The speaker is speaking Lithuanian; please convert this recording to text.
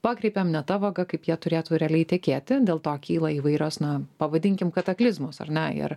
pakreipėm ne ta vaga kaip jie turėtų realiai tekėti dėl to kyla įvairios na pavadinkim kataklizmus ar ne ir